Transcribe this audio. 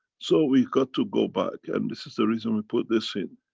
so we've got to go back and this is the reason we've put this in.